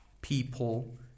people